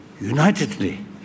unitedly